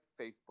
Facebook